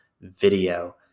video